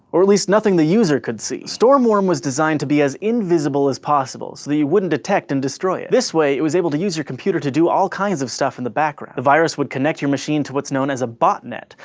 or at least, nothing the user could see. storm worm was designed to be as invisible as possible, so that you wouldn't detect and destroy it. this way, it was able to use your computer to do all kinds of stuff in the background. the virus would connect your machine to what's known as a bot-net,